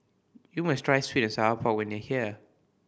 you must try sweet and sour pork when you are here